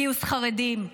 גיוס חרדים,